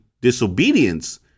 disobedience